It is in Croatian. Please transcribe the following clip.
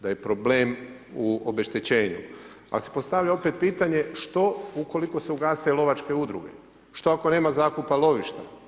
Da je problem u obeštećenju, ali se postavlja opet pitanje što ukoliko se ugase lovačke udruge, što ako nema zakupa lovišta?